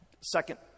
Second